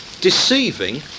deceiving